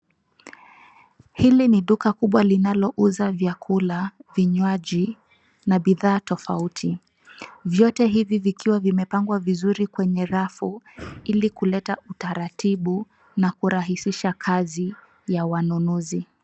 Hili ni duka kubwa linalouza vyakula, vinywaji na bidhaa tofauti .Vyote hivi vikiwa vimepangwa vizuri kwenye rafu ili kuleta utaratibu na kurahisisha kazi ya wanunuzi.